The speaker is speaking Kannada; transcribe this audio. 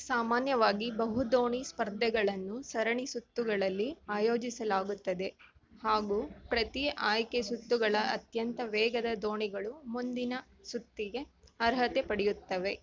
ಸಾಮಾನ್ಯವಾಗಿ ಬಹು ದೋಣಿ ಸ್ಪರ್ಧೆಗಳನ್ನು ಸರಣಿ ಸುತ್ತುಗಳಲ್ಲಿ ಆಯೋಜಿಸಲಾಗುತ್ತದೆ ಹಾಗೂ ಪ್ರತಿ ಆಯ್ಕೆ ಸುತ್ತುಗಳ ಅತ್ಯಂತ ವೇಗದ ದೋಣಿಗಳು ಮುಂದಿನ ಸುತ್ತಿಗೆ ಅರ್ಹತೆ ಪಡೆಯುತ್ತವೆ